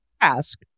ask